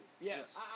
Yes